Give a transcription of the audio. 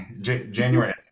January